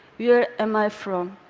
yeah am i from?